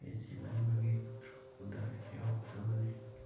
agent ꯑꯃꯒꯤ ꯊ꯭ꯔꯨꯗ ꯌꯥꯎꯒꯗꯕꯅꯤ